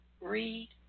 read